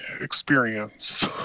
experience